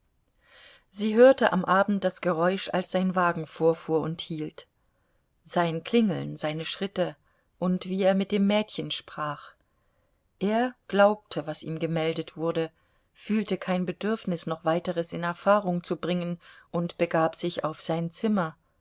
sie hörte am abend das geräusch als sein wagen vorfuhr und hielt sein klingeln seine schritte und wie er mit dem mädchen sprach er glaubte was ihm gemeldet wurde fühlte kein bedürfnis noch weiteres in erfahrung zu bringen und begab sich auf sein zimmer